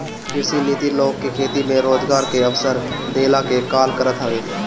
कृषि नीति लोग के खेती में रोजगार के अवसर देहला के काल करत हवे